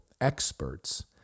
experts